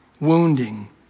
wounding